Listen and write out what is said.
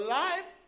life